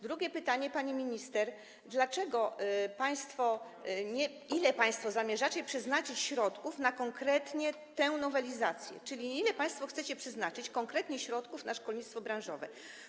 Drugie pytanie, pani minister: Ile państwo zamierzacie przeznaczyć środków na konkretnie tę nowelizację, czyli ile państwo chcecie przeznaczyć konkretnie środków na szkolnictwo branżowe?